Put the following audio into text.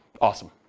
Awesome